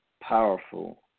powerful